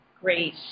great